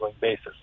basis